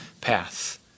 path